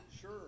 Sure